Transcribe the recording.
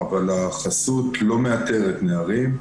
החסות לא מאתרת נערים,